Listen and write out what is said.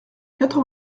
quatre